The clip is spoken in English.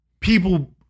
people